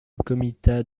comitat